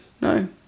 no